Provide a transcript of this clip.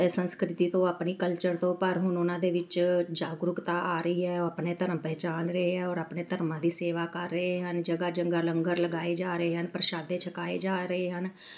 ਸੰਸਕ੍ਰਿਤੀ ਤੋਂ ਆਪਣੇ ਕਲਚਰ ਤੋਂ ਪਰ ਹੁਣ ਉਹਨਾਂ ਦੇ ਵਿੱਚ ਜਾਗਰੂਕਤਾ ਆ ਰਹੀ ਹੈ ਉਹ ਆਪਣੇ ਧਰਮ ਪਹਿਚਾਣ ਰਹੇ ਆ ਔਰ ਆਪਣੇ ਧਰਮਾਂ ਦੀ ਸੇਵਾ ਕਰ ਰਹੇ ਹਨ ਜਗ੍ਹਾ ਜਗ੍ਹਾ ਲੰਗਰ ਲਗਾਏ ਜਾ ਰਹੇ ਹਨ ਪ੍ਰਸ਼ਾਦੇ ਛਕਾਏ ਜਾ ਰਹੇ ਹਨ